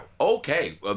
Okay